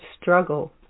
struggle